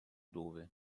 dove